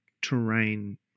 terrain